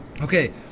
Okay